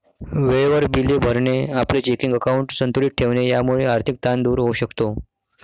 वेळेवर बिले भरणे, आपले चेकिंग अकाउंट संतुलित ठेवणे यामुळे आर्थिक ताण दूर होऊ शकतो